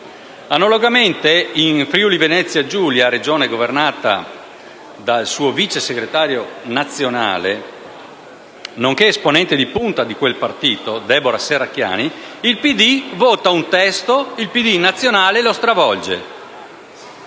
Analogamente, in Friuli-Venezia Giulia, Regione governata dal suo vice segretario nazionale nonché esponente di punta di quel partito, Debora Serracchiani, il PD vota un testo e il partito nazionale lo stravolge.